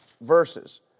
verses